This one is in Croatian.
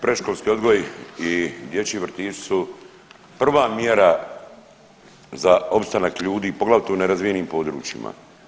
Predškolski odgoj i dječji vrtići su prva mjera za opstanak ljudi poglavito u nerazvijenim područjima.